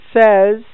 says